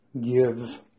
give